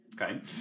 Okay